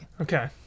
Okay